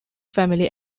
family